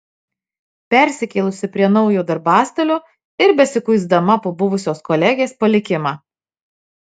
persikėlusi prie naujo darbastalio ir besikuisdama po buvusios kolegės palikimą